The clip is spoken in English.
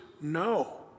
no